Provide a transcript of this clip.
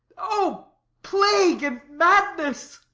o plague and madness!